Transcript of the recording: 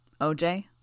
OJ